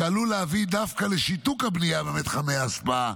עלול להביא דווקא לשיתוק הבנייה במתחמי ההשפעה,